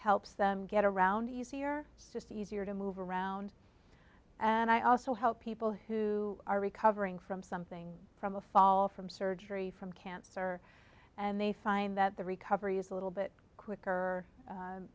helps them get around easier just easier to move around and i also help people who are recovering from something from a fall from surgery from cancer and they find that the recovery is a little bit quicker